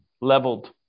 Leveled